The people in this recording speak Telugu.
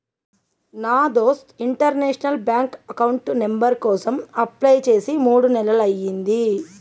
నా దోస్త్ ఇంటర్నేషనల్ బ్యాంకు అకౌంట్ నెంబర్ కోసం అప్లై చేసి మూడు నెలలయ్యింది